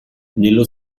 nello